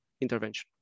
intervention